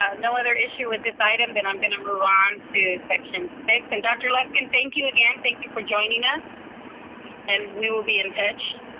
um no other issue with this item, then i'm going to move on to section six and dr. luskin, thank you again. thank you for joining us and we will be in touch.